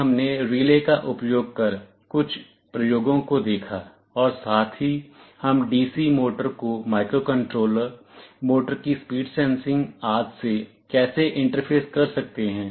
फिर हमने रिले का उपयोग कर कुछ प्रयोगों को देखा और साथ ही हम DC मोटर को माइक्रोकंट्रोलर मोटर की स्पीड सेंसिंग आदि से कैसे इंटरफेस कर सकते हैं